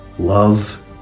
Love